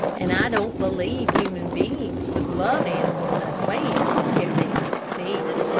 and i don't believe human beings would love animals as well, if they could speak.